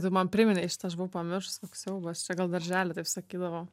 tu man priminei šitą aš buvau pamiršus koks siaubas čia gal daržely taip sakydavo